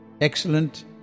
excellent